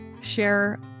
share